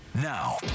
Now